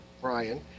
Brian